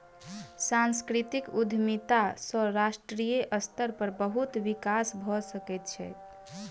सांस्कृतिक उद्यमिता सॅ राष्ट्रीय स्तर पर बहुत विकास भ सकै छै